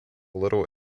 little